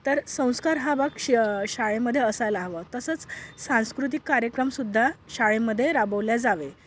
तर संस्कार हा भाग श शाळेमध्ये असायला हवा तसंच सांस्कृतिक कार्यक्रम सुद्धा शाळेमध्ये राबवले जावे